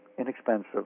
inexpensive